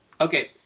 Okay